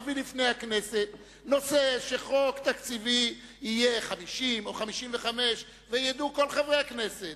נביא בפני הכנסת נושא שחוק תקציבי יהיה 50 או 55. ידעו כל חברי הכנסת